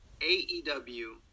AEW